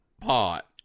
pot